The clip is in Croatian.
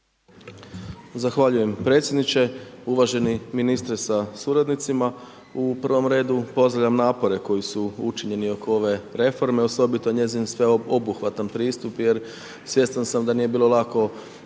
Zahvaljujem predsjedniče, uvaženi ministre sa suradnicima, u prvom redu pozdravljam napore, koji su učinjeni oko ove reforme, osobito njezin sveobuhvatan pristup, jer svjestan sam da nije bilo lako uvrstiti